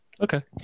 okay